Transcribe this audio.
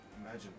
Imagine